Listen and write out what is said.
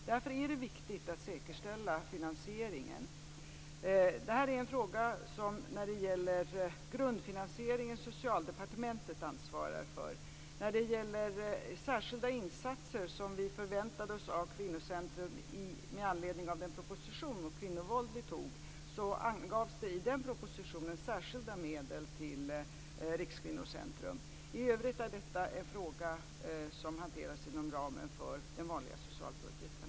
Därför är det viktigt att säkerställa finansieringen. Det här är en fråga som, när det gäller grundfinansieringen, Socialdepartementet ansvarar för. Sedan gäller det de särskilda insatser som vi förväntade oss av Rikskvinnocentrum med anledning av den proposition om kvinnovåld som vi antog. I den propositionen anslogs det särskilda medel till Rikskvinnocentrum. I övrigt är detta en fråga som hanteras inom ramen för den vanliga socialbudgeten.